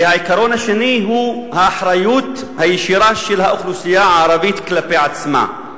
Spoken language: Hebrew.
והעיקרון השני הוא האחריות הישירה של האוכלוסייה הערבית כלפי עצמה.